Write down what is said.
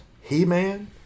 He-Man